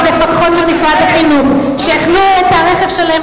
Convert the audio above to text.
המפקחות של משרד החינוך שהחנו את הרכב שלהן